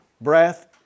breath